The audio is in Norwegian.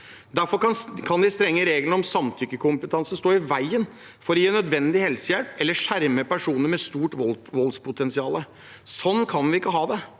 Derfor kan de strengere reglene om samtykkekompetanse stå i veien for å gi nødvendig helsehjelp eller skjerme personer med stort voldspotensial. Sånn kan vi ikke ha det.